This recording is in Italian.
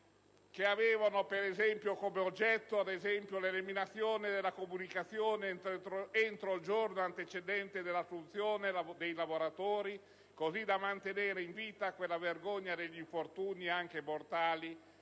che avevano ad oggetto, ad esempio, l'eliminazione della comunicazione, entro il giorno antecedente, dell'assunzione dei lavoratori, così da mantenere in vita quella vergogna degli infortuni, anche mortali,